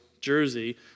jersey